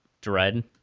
dread